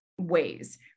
ways